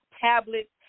tablets